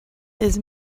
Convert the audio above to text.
his